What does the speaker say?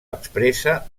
expressa